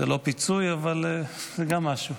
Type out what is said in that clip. זה לא פיצוי, אבל גם משהו.